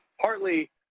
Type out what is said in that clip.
partly